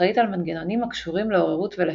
האחראית על מנגנונים הקשורים לעוררות ולשינה,